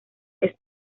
que